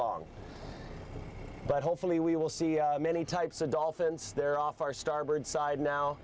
long but hopefully we will see many types of dolphins there off our starboard side now